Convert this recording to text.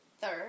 third